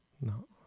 No